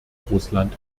russland